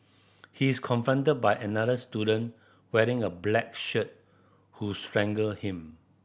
he is confronted by another student wearing a black shirt who strangle him